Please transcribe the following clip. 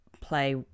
play